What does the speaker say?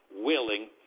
willing